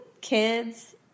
kids